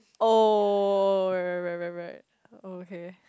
oh right right right right right oh okay